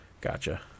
Gotcha